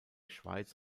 schweiz